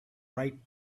right